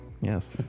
yes